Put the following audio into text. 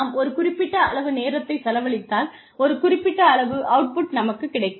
நாம் ஒரு குறிப்பிட்ட அளவு நேரத்தை செலவழித்தால் ஒரு குறிப்பிட்ட அளவு அவுட்புட் நமக்குக் கிடைக்கும்